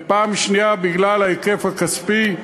ושנית, בגלל ההיקף הכספי.